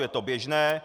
Je to běžné.